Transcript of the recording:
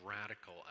radical